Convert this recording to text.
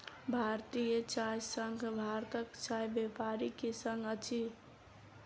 भारतीय चाय संघ भारतक चाय व्यापारी के संग अछि